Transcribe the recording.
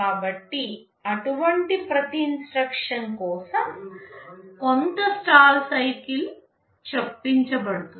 కాబట్టి అటువంటి ప్రతి ఇన్స్ట్రక్షన్ కోసం కొంత స్టాల్ సైకిల్ చొప్పించబడుతుంది